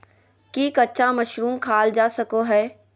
की कच्चा मशरूम खाल जा सको हय?